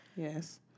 Yes